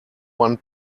one